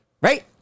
Right